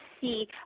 see